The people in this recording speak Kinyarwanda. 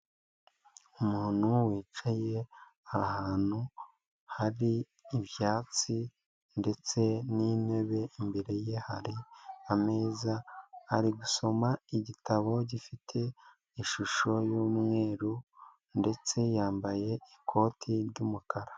Umuntu wicaye ahantu hari ibyatsi ndetse n'intebe, imbere ye hari ameza ari gusoma igitabo gifite ishusho y'umweru ndetse yambaye ikoti ry'umukara.